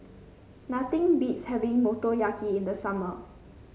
nothing beats having Motoyaki in the summer